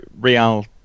real